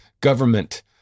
government